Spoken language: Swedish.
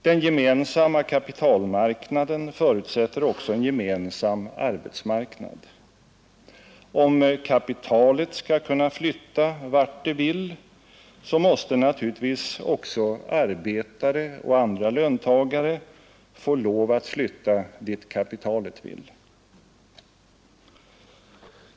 Den gemensamma kapitalmarknaden förutsätter också en gemensam arbetsmarknad. Om kapitalet skall kunna flytta vart det vill måste naturligtvis också arbetare och andra löntagare få lov att flytta dit kapitalet vill.